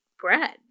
bread